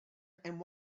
and